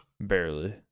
Barely